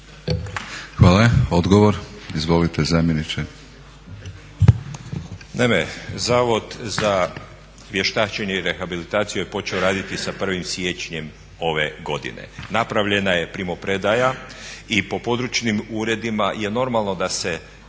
Hvala. Odgovor, izvolite zamjeniče.